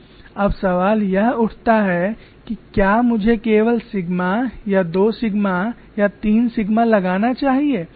अब सवाल यह उठता है कि क्या मुझे केवल सिग्मा या दो सिग्मा या तीन सिग्मा लगाना चाहिए